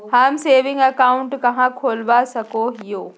हम saving account कहाँ खोलवा सको हियै?